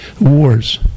wars